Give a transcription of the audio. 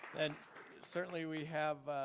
and certainly we have